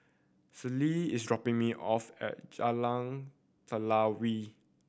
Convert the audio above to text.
Ceil is dropping me off at Jalan Telawi